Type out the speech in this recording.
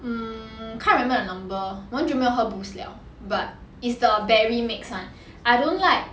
mm can't remember the number 我很久没有喝 boost 了 but is the berry mixed one I don't like